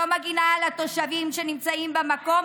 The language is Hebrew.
שלא מגינה על התושבים שנמצאים במקום,